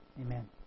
Amen